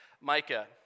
Micah